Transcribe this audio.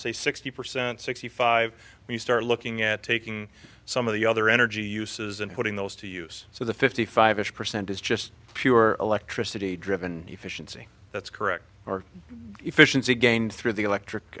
sixty percent sixty five when you start looking at taking some of the other energy uses and putting those to use so the fifty five ish percent is just pure electricity driven efficiency that's correct or efficiency gained through the electric